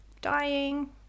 dying